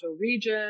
region